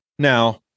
Now